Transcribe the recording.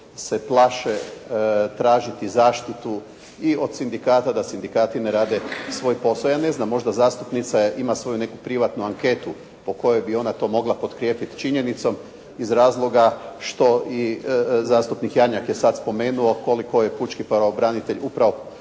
se plaše tražiti zaštitu i od sindikata, da sindikati ne rade svoj posao. Ja ne znam, možda zastupnica ima svoju neku privatnu anketu po kojoj bi ona to mogla potkrijepiti činjenicom iz razloga što i zastupnik Jarnjak je sad spomenuo koliko je pučki pravobranitelj upravo